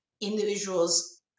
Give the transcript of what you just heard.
individuals